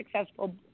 successful